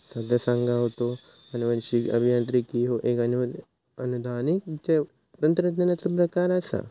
संध्या सांगा होता, अनुवांशिक अभियांत्रिकी ह्यो एक आधुनिक जैवतंत्रज्ञानाचो प्रकार आसा